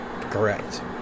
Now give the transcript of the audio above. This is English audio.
correct